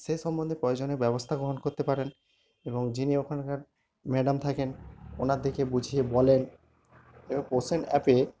সে সম্বন্ধে প্রয়োজনীয় ব্যবস্থা গ্রহণ করতে পারেন এবং যিনি ওখানকার ম্যাডাম থাকেন ওনার দিকে বুঝিয়ে বলেন এবং পোষণ অ্যাপে